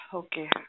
okay